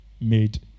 made